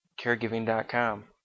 caregiving.com